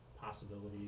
possibilities